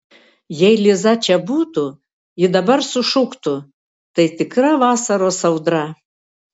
jei liza čia būtų ji dabar sušuktų tai tikra vasaros audra